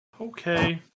Okay